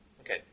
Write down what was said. Okay